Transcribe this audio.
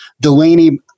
Delaney